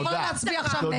אני יכולה להצביע עכשיו נגד.